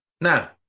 Now